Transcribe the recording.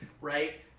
right